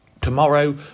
Tomorrow